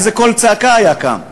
איזה קול צעקה היה קם.